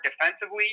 defensively